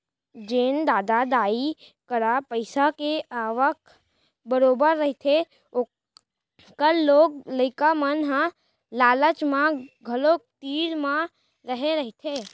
जेन ददा दाई करा पइसा के आवक बरोबर रहिथे ओखर लोग लइका मन ह लालच म घलोक तीर म रेहे रहिथे